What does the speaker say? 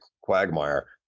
quagmire